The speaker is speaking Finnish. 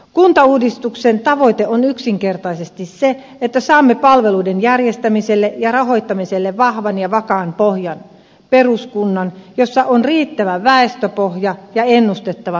kuntauudistuksen tavoite on yksinkertaisesti se että saamme palveluiden järjestämiselle ja rahoittamiselle vahvan ja vakaan pohjan peruskunnan jossa on riittävä väestöpohja ja ennustettava tulokertymä